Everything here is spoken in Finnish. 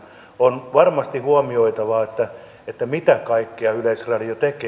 on varmasti huomioitava mitä kaikkea yleisradio tekee